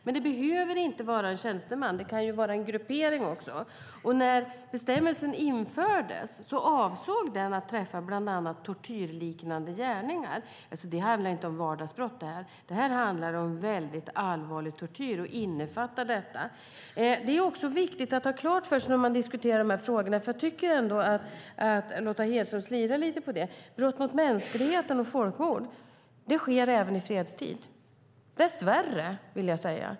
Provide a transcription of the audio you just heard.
Men det behöver inte vara en tjänsteman, det kan vara en gruppering. När bestämmelsen infördes avsåg man att träffa bland annat tortyrliknande gärningar. Det handlar inte om vardagsbrott, det handlar om väldigt allvarlig tortyr. Det är viktigt att ha klart för sig när man diskuterar de här frågorna, och jag tycker att Lotta Hedström slirar lite på det, att brott mot mänskligheten och folkmord sker även i fredstid, dess värre, vill jag säga.